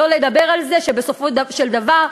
שלא לדבר על זה שבסופו של דבר,